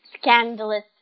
scandalous